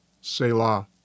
Selah